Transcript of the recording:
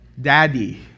daddy